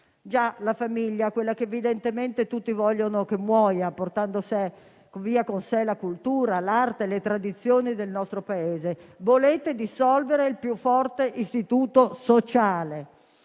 La famiglia: quella che evidentemente tutti vogliono che muoia, portando via con sé la cultura, l'arte e le tradizioni del nostro Paese. Volete dissolvere il più forte istituto sociale.